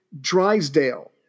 drysdale